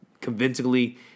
convincingly